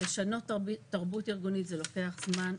לשנות תרבות ארגונית זה לוקח זמן,